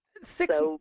Six